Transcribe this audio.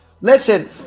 Listen